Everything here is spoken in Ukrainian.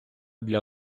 для